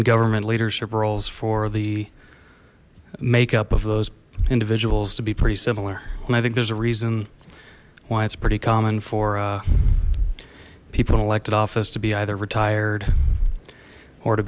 government leadership roles for the make up of those individuals to be pretty similar well i think there's a reason why it's pretty common for people in elected office to be either retired or to